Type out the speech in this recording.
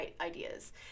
ideas